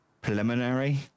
preliminary